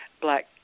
black